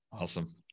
Awesome